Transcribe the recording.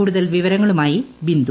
കൂടുതൽ വിവരങ്ങളുമായി ബിന്ദു